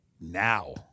now